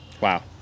Wow